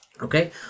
Okay